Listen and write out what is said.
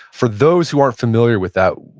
for those who aren't familiar with that,